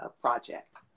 project